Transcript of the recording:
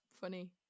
funny